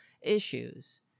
issues